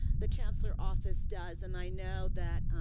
the chancellor's office does and i know that